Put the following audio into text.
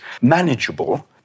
manageable